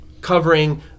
covering